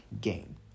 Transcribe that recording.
game